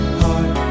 heart